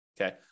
okay